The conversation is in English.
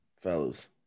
fellas